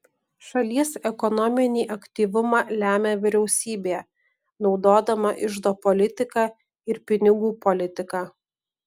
šalies ekonominį aktyvumą lemia vyriausybė naudodama iždo politiką ir pinigų politiką